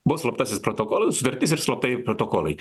buvo slaptasis protokolas sutartis ir slaptieji protokolai